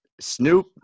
Snoop